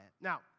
Now